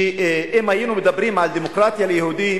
שאם היינו מדברים על דמוקרטיה יהודית,